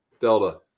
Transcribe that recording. Delta